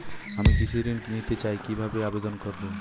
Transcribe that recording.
আমি কৃষি ঋণ নিতে চাই কি ভাবে আবেদন করব?